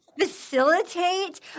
facilitate